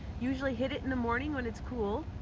usually hit it in the morning when it's cool.